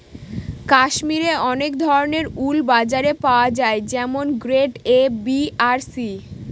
কাশ্মিরে অনেক ধরনের উল বাজারে পাওয়া যায় যেমন গ্রেড এ, বি আর সি